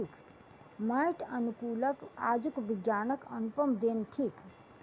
माइट अनुकूलक आजुक विज्ञानक अनुपम देन थिक